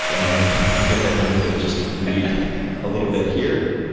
and i'm gonna i'm gonna just read a little bit, here.